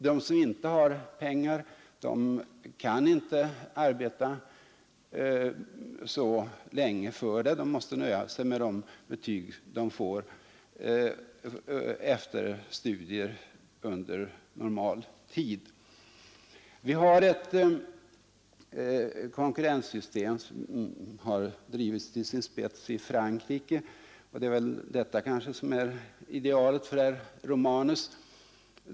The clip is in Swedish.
De som inte har pengar kan inte arbeta så länge för detta utan måste nöja sig med de betyg de får efter studier under normal tid. Konkurrenssystemet har drivits till sin spets i Frankrike, och det är kanske detta som är idealet för herr Romanus.